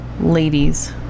ladies